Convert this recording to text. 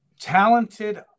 talented